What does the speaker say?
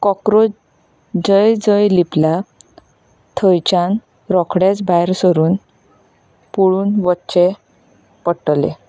cockroach जंय जंय लिपला थंयच्यान रोखडेच भायर सरून पळून वच्चे पडटले